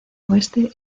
oeste